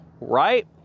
right